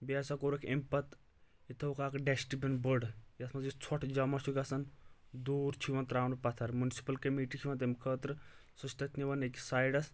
بیٚیہِ ہَسا کوٚرُکھ أمۍ پَتہٕ ییٚتہِ تھٲوکھ اَکھ ڈسٹہٕ بِن بٕڈ یَتھ منٛز یُس ژھۄٹھ جمع چھُ گَژھان دوٗر چھُ یِوان ترٛاونہٕ پَتھر مُنسِپل کمیٖٹی چھِ یِوان تَمہِ خٲطرٕ سُہ چھ تَتھ نِوان أکِس سایڈَس